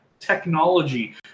Technology